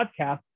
podcast